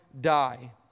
die